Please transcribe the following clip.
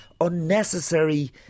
unnecessary